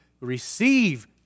receive